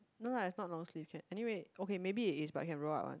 not lah it's not long sleeve yet anyway okay maybe it is but can roll up one